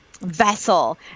vessel